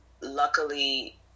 luckily